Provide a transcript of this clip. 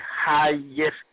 highest